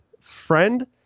friend